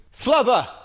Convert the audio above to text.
Flubber